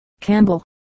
Campbell